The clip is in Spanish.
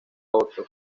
otros